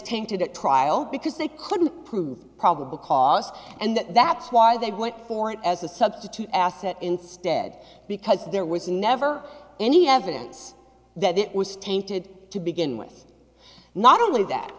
tainted at trial because they couldn't prove probable cause and that's why they went for it as a substitute asset instead because there was never any evidence that it was tainted to begin with not only that